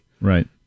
Right